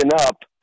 up